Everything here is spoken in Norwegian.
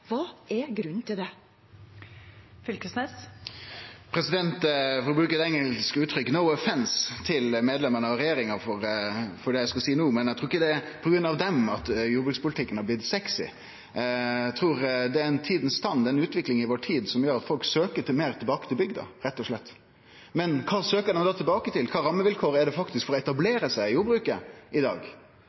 er grunnen til det? Eg kunne bruke det engelske uttrykket «no offence» til medlemane av regjeringa for det eg skal seie no, men eg trur ikkje det er på grunn av dei at jordbrukspolitikken har blitt sexy. Eg trur det er «tidens tann» – ei utvikling i vår tid som gjer at folk rett og slett søkjer meir tilbake til bygda. Men kva søkjer ein da tilbake til, kva rammevilkår er det faktisk for å etablere seg i jordbruket i dag?